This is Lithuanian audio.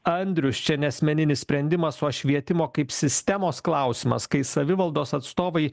andrius čia ne asmeninis sprendimas o švietimo kaip sistemos klausimas kai savivaldos atstovai